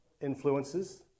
influences